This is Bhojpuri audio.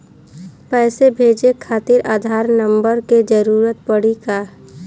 पैसे भेजे खातिर आधार नंबर के जरूरत पड़ी का?